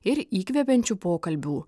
ir įkvepiančių pokalbių